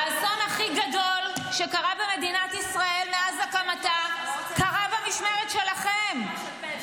האסון הכי גדול שקרה במדינת ישראל מאז הקמתה קרה במשמרת שלכם.